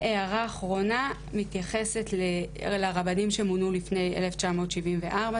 והערה אחרונה מתייחסת לרבנים שמונו לפני 1974,